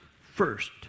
first